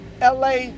LA